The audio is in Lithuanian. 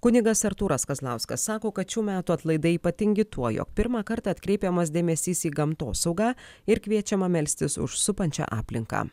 kunigas artūras kazlauskas sako kad šių metų atlaidai ypatingi tuo jog pirmą kartą atkreipiamas dėmesys į gamtosaugą ir kviečiama melstis už supančią aplinką